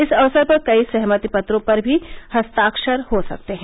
इस अवसर पर कई सहमति पत्रों पर भी हस्ताक्षर हो सकते हैं